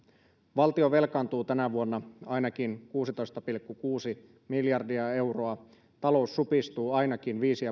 valtio velkaantuu tänä vuonna ainakin kuusitoista pilkku kuusi miljardia euroa talous supistuu ainakin viisi